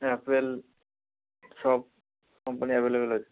Apple সব company available আছে